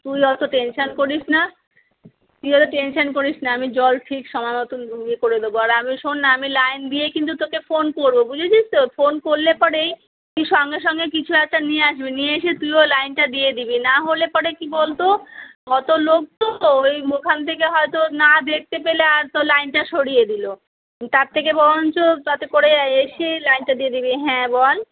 তুই অত টেনশান করিস না তুই অত টেনশান করিস না আমি জল ঠিক সময় মতো ইয়ে করে দেবো আর আমি শোন না আমি লাইন দিয়েই কিন্তু তোকে ফোন করব বুঝেছিস তো ফোন করলে পরেই তুই সঙ্গে সঙ্গে কিছু একটা নিয়ে আসবি নিয়ে এসে তুইও লাইনটা দিয়ে দিবি না হলে পরে কী বলত অত লোক তো ওই ওখান থেকে হয়তো না দেখতে পেলে আর তোর লাইনটা সরিয়ে দিল তার থেকে বরঞ্চ করে এসে লাইনটা দিয়ে দিবি হ্যাঁ বল